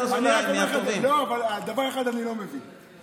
וכל אחד דיבר בחוק אחר.